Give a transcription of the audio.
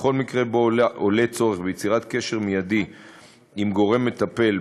בכל מקרה שעולה צורך ביצירת קשר מיידי עם גורם מטפל,